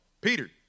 Peter